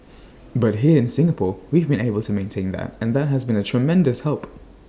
but here in Singapore we've been able to maintain that and that has been A tremendous help